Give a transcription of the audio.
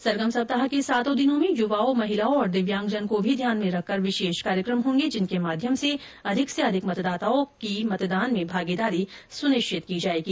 सरगम सप्ताह के सातों दिनों में य्वाओं महिलाओं और दिव्यांगजन को भी ध्यान में रखकर विशेष कार्यक्रम होंगे जिनके माध्यम से अधिक से अधिक मतदाताओं की मतदान में भागीदारी सुनिश्चित की जायेगी